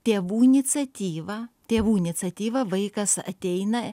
tėvų iniciatyva tėvų iniciatyva vaikas ateina